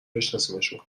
بشناسیمشون